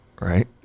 right